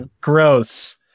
gross